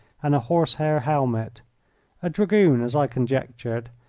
and a horse-hair helmet a dragoon, as i conjectured,